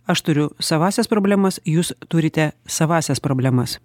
aš turiu savąsias problemas jūs turite savąsias problemas